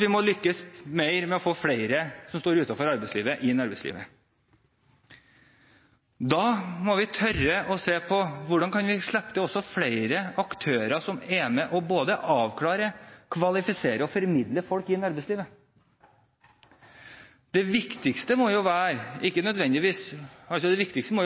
vi må lykkes mer med å få flere som står utenfor arbeidslivet, inn i arbeidslivet. Da må vi tørre å se på: Hvordan kan vi slippe til flere aktører, aktører som er med og både avklarer, kvalifiserer og formidler folk inn i arbeidslivet? Det viktigste må